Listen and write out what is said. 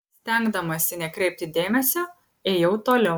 stengdamasi nekreipti dėmesio ėjau toliau